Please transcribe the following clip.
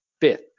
fifth